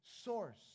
source